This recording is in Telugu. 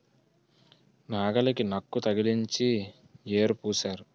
నాగలికి నక్కు తగిలించి యేరు పూశారు